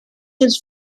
his